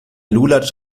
lulatsch